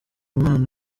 umwana